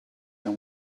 and